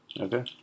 Okay